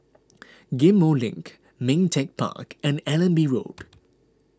Ghim Moh Link Ming Teck Park and Allenby Road